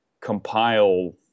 compile